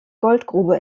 goldgrube